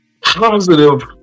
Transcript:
positive